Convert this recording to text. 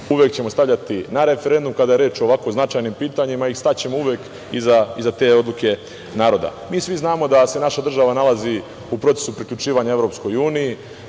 uvek ćemo stavljati na referendum, kada je reč o ovako značajnim pitanjima, i staćemo uvek iza te odluke naroda. Mi svi znamo da se naša država nalazi u procesu priključivanja EU.